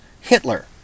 Hitler